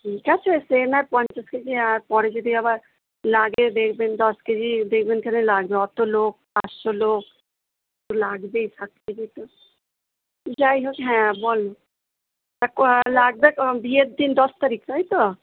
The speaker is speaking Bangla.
ঠিক আছে সে না হয় পঞ্চাশ কেজি আর পরে যদি আবার লাগে দেখবেন দশ কেজি দেখবেন কেন লাগবে অত লোক পাঁচশো লোক লাগবেই ষাট কেজি তো যাই হোক হ্যাঁ বলুন আর লাগবে বিয়ের দিন দশ তারিখ তাই তো